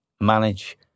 manage